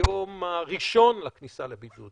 ביום הראשון לכניסה לבידוד